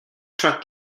truck